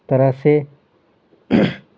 طرح سے